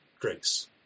grace